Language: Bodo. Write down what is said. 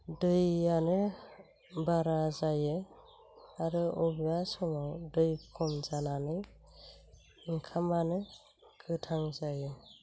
दैयानो बारा जायो आरो बबेबा समाव दै खम जानानै ओंखामानो गोथां जायो